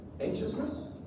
Anxiousness